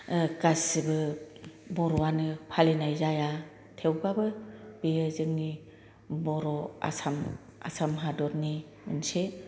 गासिबो बर'आनो फालिनाय जाया थेवबाबो बियो जोंनि बर' आसाम आसाम हादरनि मोनसे फुजा